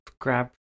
grab